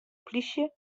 polysje